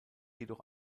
jedoch